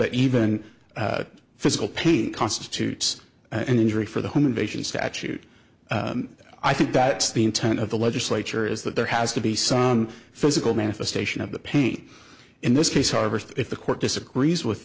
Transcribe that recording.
that even physical pain constitutes an injury for the home invasion statute i think that the intent of the legislature is that there has to be son physical manifestation of the pain in this case however if the court disagrees with